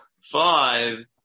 five